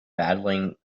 battling